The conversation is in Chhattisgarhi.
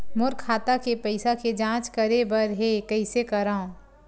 मोर खाता के पईसा के जांच करे बर हे, कइसे करंव?